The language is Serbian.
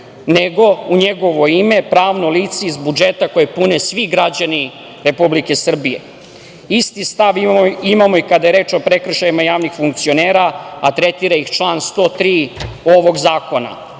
nego u njegovo ime pravno lice iz budžeta, koji pune svi građani Republike Srbije. Isti stav imamo i kada je reč o prekršajima javnih funkcionera, a tretira ih član 103. ovog zakona,